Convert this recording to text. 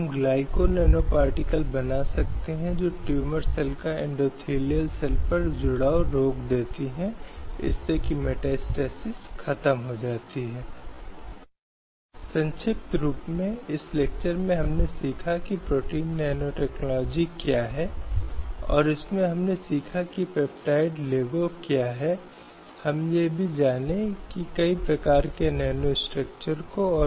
किसी भी तरीके से बिना किसी व्यक्ति की गतिशीलता के संबंध में संघों के लिए बिना किसी हानि के शांति के साथ इकट्ठा होना जहां एक व्यक्ति जाना चाहता है निवास करना चाहता है और साथ ही उस पेशे या व्यवसाय को बसाना चाहता है जिसे व्यक्ति लेना चाहता है